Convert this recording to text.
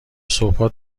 صبحها